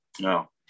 No